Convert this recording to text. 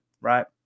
Right